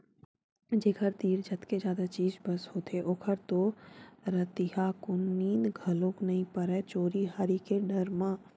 जेखर तीर जतके जादा चीज बस होथे ओखर तो रतिहाकुन नींद घलोक नइ परय चोरी हारी के डर म